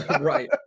Right